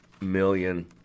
million